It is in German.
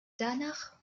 danach